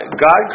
God